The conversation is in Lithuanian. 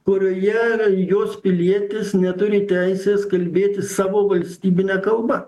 kurioje jos pilietis neturi teisės kalbėti savo valstybine kalba